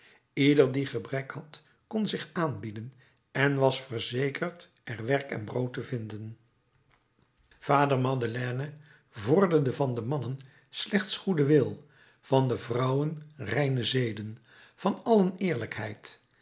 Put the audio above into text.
ieder die gebrek had kon zich aanbieden en was verzekerd er werk en brood te vinden vader madeleine vorderde van de mannen slechts goeden wil van de vrouwen reine zeden van allen eerlijkheid